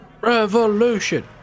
Revolution